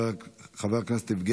חבר הכנסת עודד פורר,